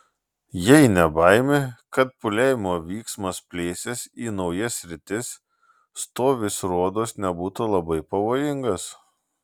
jei ne baimė kad pūliavimo vyksmas plėsis į naujas sritis stovis rodos nebūtų labai pavojingas